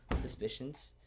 suspicions